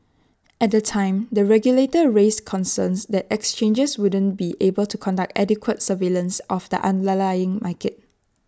at the time the regulator raised concerns that exchanges wouldn't be able to conduct adequate surveillance of the underlying market